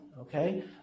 okay